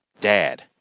dad